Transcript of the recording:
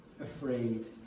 afraid